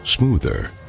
smoother